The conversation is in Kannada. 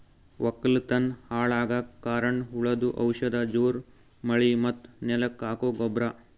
ವಕ್ಕಲತನ್ ಹಾಳಗಕ್ ಕಾರಣ್ ಹುಳದು ಔಷಧ ಜೋರ್ ಮಳಿ ಮತ್ತ್ ನೆಲಕ್ ಹಾಕೊ ಗೊಬ್ರ